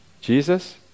Jesus